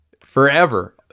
forever